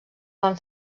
van